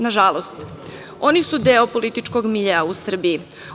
Na žalost, oni su deo političkom miljea u Srbiji.